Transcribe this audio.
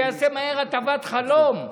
שיעשה מהר הטבת חלום.